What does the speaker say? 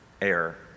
air